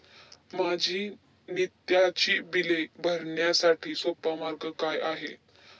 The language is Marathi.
माझी नित्याची बिले भरण्यासाठी सोपा मार्ग काय आहे?